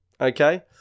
okay